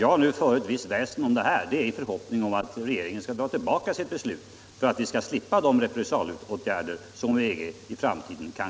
Jag för ett visst väsen om detta i förhoppningen att regeringen skall ta tillbaka sitt beslut; för att vi skall slippa fler repressalieåtgärder från EG i framtiden.